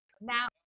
Now